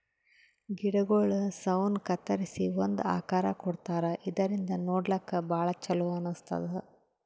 ಗಿಡಗೊಳ್ ಸೌನ್ ಕತ್ತರಿಸಿ ಒಂದ್ ಆಕಾರ್ ಕೊಡ್ತಾರಾ ಇದರಿಂದ ನೋಡ್ಲಾಕ್ಕ್ ಭಾಳ್ ಛಲೋ ಅನಸ್ತದ್